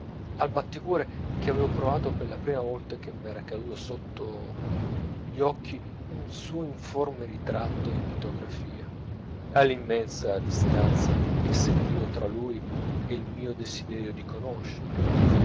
al batticuore che avevo provato la prima volta che m'era caduto sotto gli occhi un suo informe ritratto in litografia all'immensa distanza che sentivo tra lui e il mio desiderio di conoscerlo